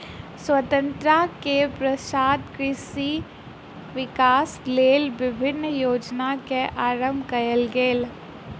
स्वतंत्रता के पश्चात कृषि विकासक लेल विभिन्न योजना के आरम्भ कयल गेल